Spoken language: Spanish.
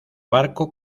barco